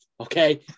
Okay